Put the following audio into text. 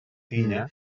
tinya